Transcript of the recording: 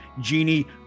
Genie